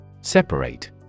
Separate